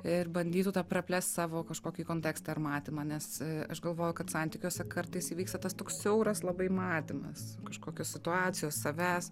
ir bandytų tą praplėst savo kažkokį kontekstą ar matymą nes aš galvoju kad santykiuose kartais įvyksta tas toks siauras labai matymas kažkokios situacijos savęs